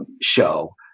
show